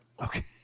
okay